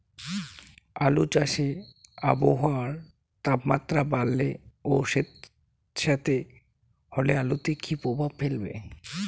আলু চাষে আবহাওয়ার তাপমাত্রা বাড়লে ও সেতসেতে হলে আলুতে কী প্রভাব ফেলবে?